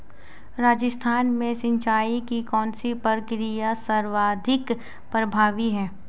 राजस्थान में सिंचाई की कौनसी प्रक्रिया सर्वाधिक प्रभावी है?